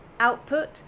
Output